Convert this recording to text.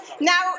Now